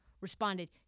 responded